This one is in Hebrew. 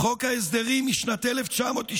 חוק ההסדרים משנת 1992,